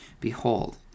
Behold